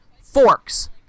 Forks